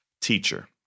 teacher